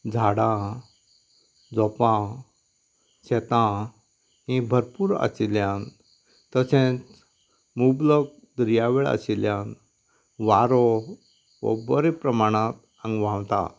झाडां झोपां शेतां ही भरपूर आशिल्ल्यान तशेंच मुबलब दर्या वेळ आशिल्ल्यान वारो हो बऱ्या प्रमाणांत हांगा व्हांवता